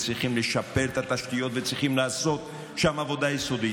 צריך לשפר את התשתיות וצריך לעשות שם עבודה יסודית,